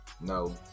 No